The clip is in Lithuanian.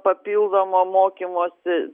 papildomo mokymosi